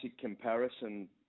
comparison